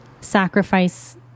sacrifice